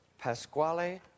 Pasquale